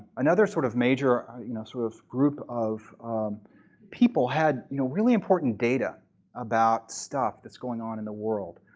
another sort of major ah you know sort of group of people had you know really important data about stuff that's going on in the world,